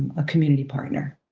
a community partner.